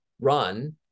run